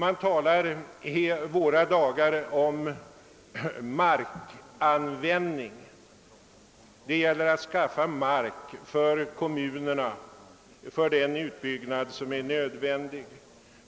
Vi talar i våra dagar om markanvändning — det gäller att skaffa mark för kommunerna för den nödvändiga utbyggnaden.